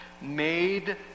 made